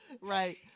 Right